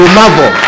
marvel